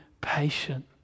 patient